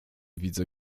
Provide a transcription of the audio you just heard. widzę